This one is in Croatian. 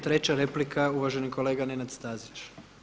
Treća replika uvaženi kolega Nenad Stazić.